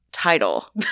title